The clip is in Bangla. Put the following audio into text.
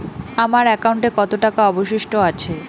আমার একাউন্টে কত টাকা অবশিষ্ট আছে?